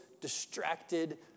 distracted